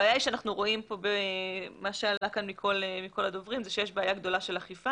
הבעיה היא ומה שעלה כאן מכל הדוברים זה שיש בעיה גדולה של אכיפה,